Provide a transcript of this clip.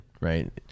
right